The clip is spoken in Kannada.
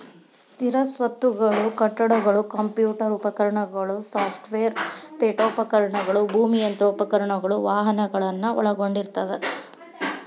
ಸ್ಥಿರ ಸ್ವತ್ತುಗಳು ಕಟ್ಟಡಗಳು ಕಂಪ್ಯೂಟರ್ ಉಪಕರಣಗಳು ಸಾಫ್ಟ್ವೇರ್ ಪೇಠೋಪಕರಣಗಳು ಭೂಮಿ ಯಂತ್ರೋಪಕರಣಗಳು ವಾಹನಗಳನ್ನ ಒಳಗೊಂಡಿರ್ತದ